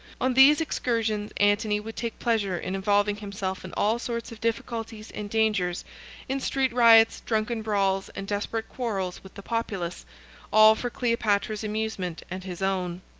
on these excursions antony would take pleasure in involving himself in all sorts of difficulties and dangers in street riots, drunken brawls, and desperate quarrels with the populace all for cleopatra's amusement and his own.